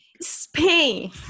Spain